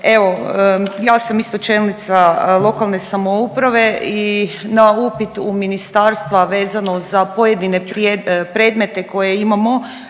evo ja sam isto čelnica lokalne samouprave i na upit u ministarstva vezano za pojedine predmete koje imamo